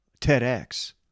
TEDx